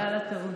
תבדוק